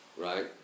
Right